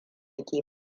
ke